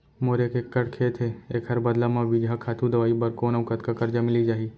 मोर एक एक्कड़ खेत हे, एखर बदला म बीजहा, खातू, दवई बर कोन अऊ कतका करजा मिलिस जाही?